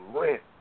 rent